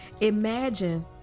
imagine